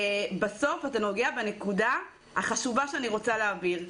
בסוף אתה נוגע בנקודה החשובה שאני רוצה להעביר.